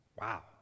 Wow